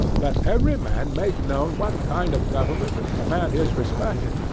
let every man make known what kind of government would command his respect,